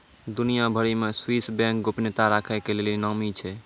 दुनिया भरि मे स्वीश बैंक गोपनीयता राखै के लेली नामी छै